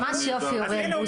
ממש יופי, אוריאל בוסו.